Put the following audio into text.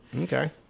Okay